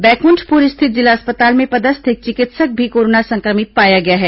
बैकुंठपुर स्थित जिला अस्पताल में पदस्थ एक चिकित्सक भी कोरोना संक्रमित पाया गया है